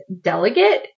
delegate